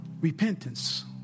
repentance